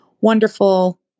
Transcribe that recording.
wonderful